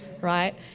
right